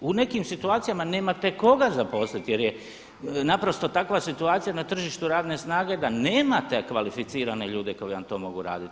U nekim situacijama nemate koga zaposliti jer je naprosto takva situacija na tržištu razne snage da nemate kvalificirane ljude koji vam to mogu raditi.